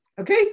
Okay